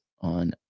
on